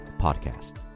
podcast